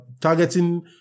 targeting